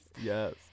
Yes